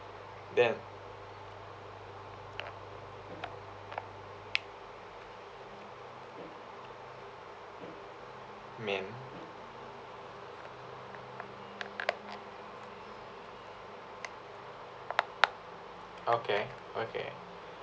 then men okay okay